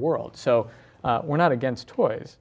world so we're not against toys